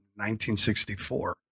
1964